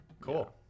Cool